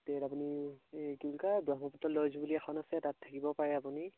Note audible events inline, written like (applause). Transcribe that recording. (unintelligible) আপুনি এই কি বুলি কয় ব্ৰহ্মপুত্ৰ ল'জ বুলি এখন আছে তাত থাকিব পাৰে আপুনি